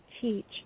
teach